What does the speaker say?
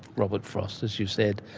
robert frost, as you said.